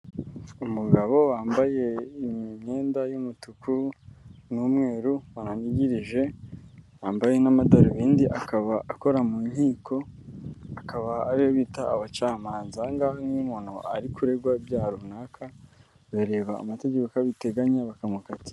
Umugabo wambaye imyenda y'umutuku n'umweru wanigirije, wambaye n'amadarubindi akaba akora mu nkiko, akaba ari bo bita abacamanza, aha ngaha iyo umuntu ari kuregwa ibyaha runaka, bareba amategeko uko abiteganya bakamukatira.